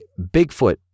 Bigfoot